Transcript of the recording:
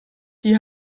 die